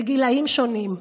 בגילים שונים.